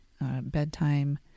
bedtime